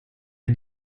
est